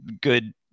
good